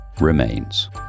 remains